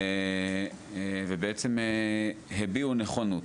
ובעצם הם הביעו נכונות.